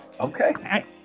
Okay